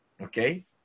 okay